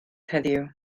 heddiw